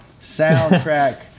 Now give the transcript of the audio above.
soundtrack